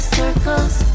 circles